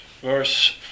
verse